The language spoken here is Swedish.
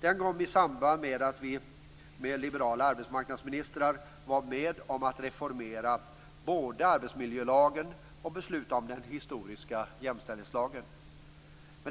Den kom i samband med att vi med liberala arbetsmarknadsministrar var med om att reformera arbetsmiljölagen och besluta om den historiska jämställdhetslagen.